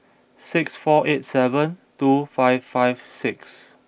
Six four eight seven two five five six